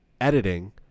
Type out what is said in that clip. editing